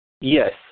Yes